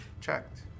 checked